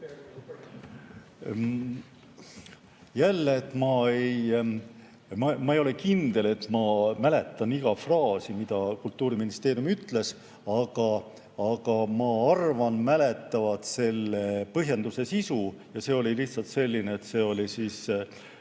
Jälle, ma ei ole kindel, et ma mäletan iga fraasi, mida Kultuuriministeerium ütles, aga ma arvan mäletavat selle põhjenduse sisu ja see oli lihtsalt selline, et niisugune